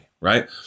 right